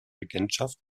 regentschaft